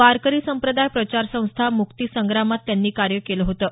वारकरी संप्रदाय प्रसार प्रचारासंस्था मुक्ती संग्रामात त्यांनी कार्य केलं होतं